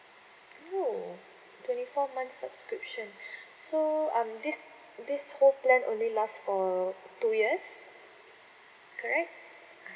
oh twenty four months subscription so um this this whole plan only lasts for two years correct